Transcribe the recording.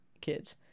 kids